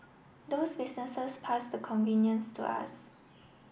those businesses pass the convenience to us